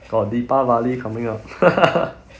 got deepavali coming up